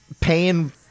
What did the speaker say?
paying